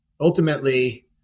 ultimately